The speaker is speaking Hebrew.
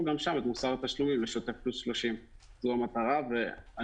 גם שם את מוסר התשלומים לשוטף פלוס 30. זו המטרה ועליה